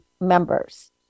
members